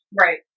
right